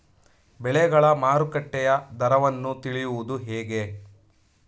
ಬೆಳೆಗಳ ಮಾರುಕಟ್ಟೆಯ ದರವನ್ನು ತಿಳಿಯುವುದು ಹೇಗೆ?